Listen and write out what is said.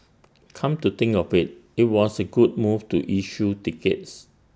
come to think of IT it was A good move to issue tickets